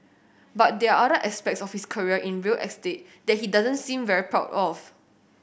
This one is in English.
but there are other aspects of his career in real estate that he doesn't seem very proud of